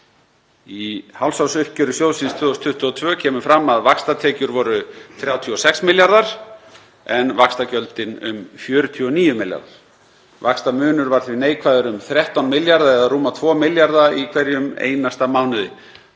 Í hálfsársuppgjöri sjóðsins 2022 kemur fram að vaxtatekjur voru 36 milljarðar en vaxtagjöldin um 49 milljarðar. Vaxtamunur var því neikvæður um 13 milljarða eða rúma tvo milljarða í hverjum einasta mánuði.